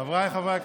חבריי חברי הכנסת,